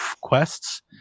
quests